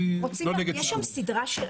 אני לא נגד הסיכום.